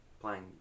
playing